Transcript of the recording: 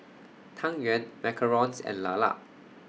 Tang Yuen Macarons and Lala